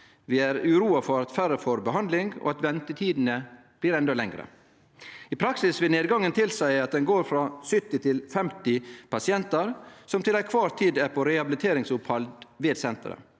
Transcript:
Eg er uroa for at færre vil få rehabilitering og at ventetidene blir endå lengre.» I praksis vil nedgangen tilseie at ein går frå 70 til 50 pasientar som til kvar tid er på rehabiliteringsopphald ved senteret.